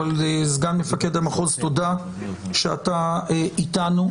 אבל סגן מפקד המחוז תודה שאתה איתנו,